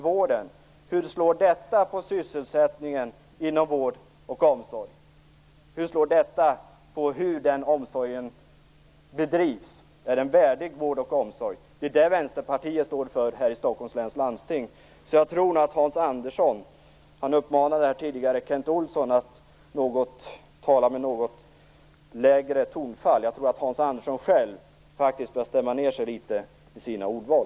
Hur slår detta mot sysselsättningen inom vård och omsorg? Hur slår detta mot hur omsorgen bedrivs? Är det en värdig vård och omsorg? Det är detta som Vänsterpartiet står för i Hans Andersson uppmanade tidigare Kent Olsson att tala med något lägre tonfall. Jag tror att Hans Andersson själv faktiskt bör stämma ned sig litet i sina ordval.